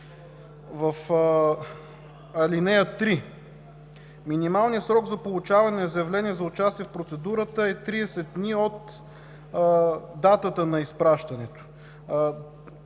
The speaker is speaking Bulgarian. в ал. 3: „Минималният срок за получаване на заявление за участие в процедурата е 30 дни от датата на изпращането”.